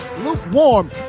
lukewarm